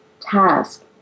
task